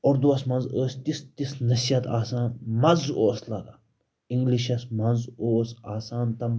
اُردُوَس منٛز ٲس تِژھ تِژھ نصیحت آسان مَزٕ اوس لَگان اِنٛگلِشس منٛز اوس آسان تِم